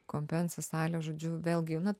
kompensa salė žodžiu vėlgi na